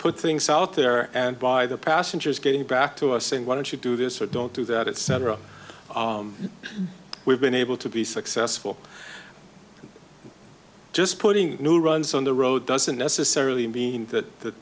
put things out there and by the passengers getting back to us saying why don't you do this or don't do that it's cetera we've been able to be successful just putting new runs on the road doesn't necessarily mean that